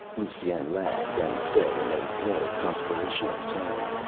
lusine laughed and said in a low conspirational tone,